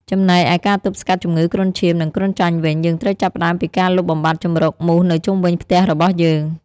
ចំណែកឯការទប់ស្កាត់ជំងឺគ្រុនឈាម និងគ្រុនចាញ់វិញ យើងត្រូវចាប់ផ្តើមពីការលុបបំបាត់ជម្រកមូសនៅជុំវិញផ្ទះរបស់យើង។